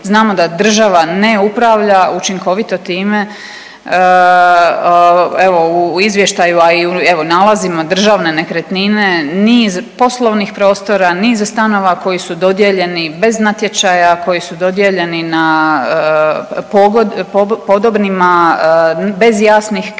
Znamo da država ne upravlja učinkovito time. Evo u izvještaju, a i u evo nalazima državne nekretnine niz poslovnih prostora, niz stanova koji su dodijeljeni, bez natječaja koji su dodijeljeni podobnima, bez jasnih kriterija